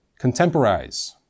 Contemporize